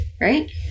Right